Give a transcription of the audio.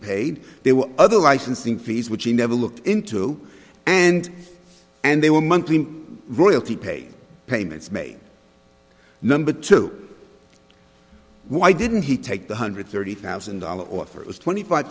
paid there were other licensing fees which he never looked into and and they were monthly royalty paid payments made number two why didn't he take the hundred thirty thousand dollar offer it was twenty five